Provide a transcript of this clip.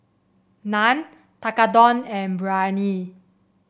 Naan Tekkadon and Biryani